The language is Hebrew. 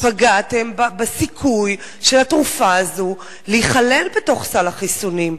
פגעתם בסיכוי של התרופה הזאת להיכלל בתוך סל החיסונים,